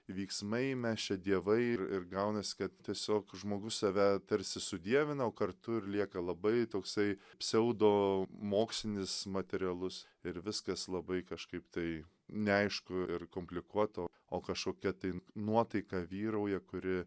veiksmai mes čia dievai ir ir gaunasi kad tiesiog žmogus save tarsi sudievina o kartu ir lieka labai toksai pseudo mokslinis materialus ir viskas labai kažkaip tai neaišku ir komplikuota o kažkokia tai nuotaika vyrauja kuri